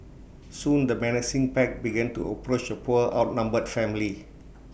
soon the menacing pack began to approach the poor outnumbered family